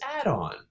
add-on